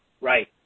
right